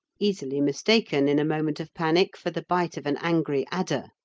easily mistaken in a moment of panic for the bite of an angry adder.